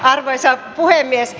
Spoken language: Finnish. arvoisa puhemies